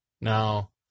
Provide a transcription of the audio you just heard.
Now